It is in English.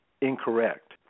incorrect